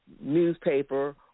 newspaper